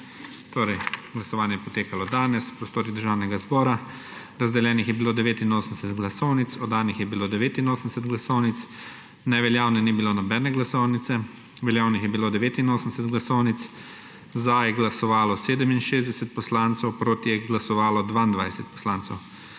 glasovanje je potekalo danes v prostorih Državnega zbora. Razdeljenih je bilo 89 glasovnic, oddanih je bilo 89 glasovnic, neveljavne ni bilo nobene glasovnice. Veljavnih je bilo 89 glasovnic, za je glasovalo 67 poslancev, proti je glasovalo 22 poslancev.